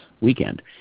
weekend